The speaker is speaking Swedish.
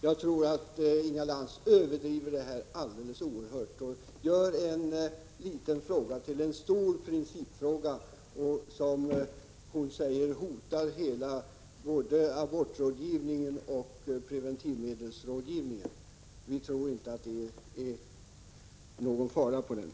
Jag tror att Inga Lantz överdriver oerhört mycket och gör en liten fråga till en stor principfråga som hon säger hotar abortrådgivningen och preventivmedelsrådgivningen. Vi tror inte att det föreligger någon fara för detta.